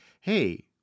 Hey